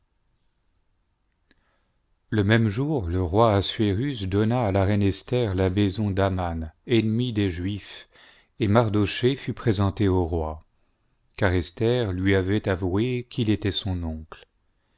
le même jour le roi assuerus donna à la reine esther la maison d'aman ennemi des juifs et mardochée fut présenté au roi car esther lui avait avoué qu'il était son oncle